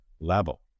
level